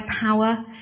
power